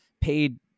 paid